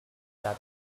that